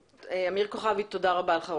אמיר כוכבי תודה רבה לך.